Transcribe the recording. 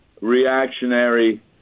reactionary